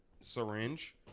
syringe